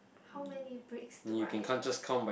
how many bricks do I have